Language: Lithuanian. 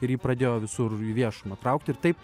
ir jį pradėjo visur į viešumą traukt ir taip